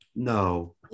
No